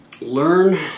learn